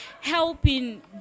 helping